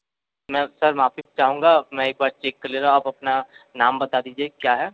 मैं सर माफ़ी चाहूंगा मैं एक बार चेक कर लेता हूँ आप अपना नाम बता दीजिए क्या है